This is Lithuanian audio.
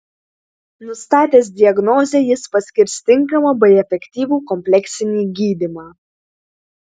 nustatęs diagnozę jis paskirs tinkamą bei efektyvų kompleksinį gydymą